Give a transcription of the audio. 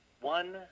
one